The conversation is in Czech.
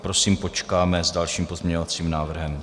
Prosím, počkáme s dalším pozměňovacím návrhem.